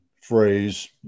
phrase